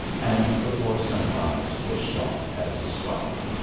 and before sunrise was shot as a spy.